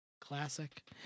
Classic